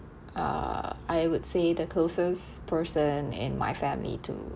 uh I would say the closest person in my family to